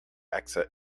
exit